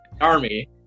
Army